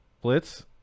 Blitz